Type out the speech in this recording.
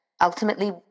Ultimately